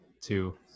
two